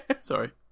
Sorry